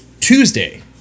Tuesday